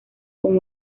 con